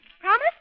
Promise